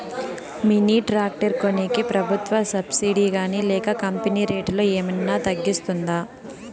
Mini tractor కొనేకి ప్రభుత్వ subsidy గాని లేక కంపెని రేటులో ఏమన్నా తగ్గిస్తుందా?